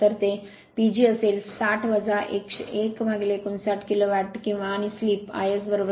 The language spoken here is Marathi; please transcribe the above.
तर ते PG असेल 60 1 59 किलो वॅट आणि स्लिप iS ०